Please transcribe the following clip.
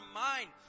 mind